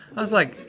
i was like,